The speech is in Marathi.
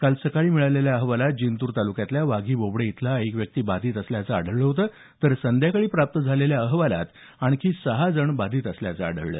काल सकाळी मिळालेल्या अहवालात जिंतूर तालुक्यातल्या वाघी बोबडे इथला एक व्यक्ती बाधित असल्याचं आढळलं होतं तर संध्याकाळी प्राप्त झालेल्या अहवालात आणखीन सहा जण बाधित असल्याचं आढळलं